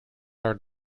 are